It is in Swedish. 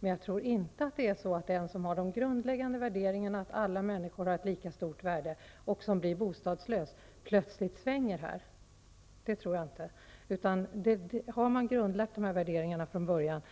Men jag tror inte att den som har den grundläggande värderingen att alla människor har ett lika stort värde och som blir bostadslös plötsligt svänger. Det tror jag inte. Har man grundlagt dessa värderingar från början